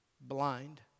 blind